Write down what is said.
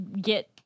get